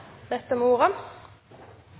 dette handler om,